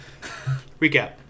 recap